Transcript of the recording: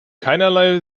keinerlei